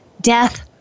death